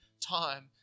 time